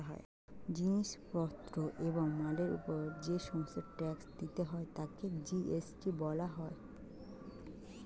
জিনিস পত্র এবং মালের উপর যে সমস্ত ট্যাক্স দিতে হয় তাকে জি.এস.টি বলা হয়